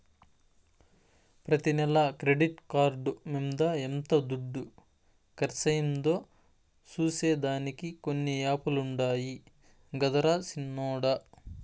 ప్రతి నెల credit card మింద ఎంత దుడ్డు కర్సయిందో సూసే దానికి కొన్ని యాపులుండాయి గదరా సిన్నోడ